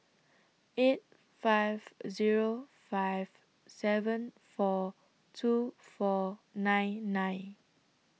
eight five A Zero five seven four two four nine nine